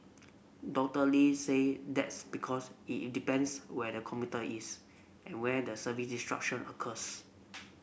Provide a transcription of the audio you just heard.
Doctor Lee say that's because it it depends where the commuter is and where the service disruption occurs